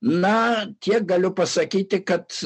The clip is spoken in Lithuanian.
na tiek galiu pasakyti kad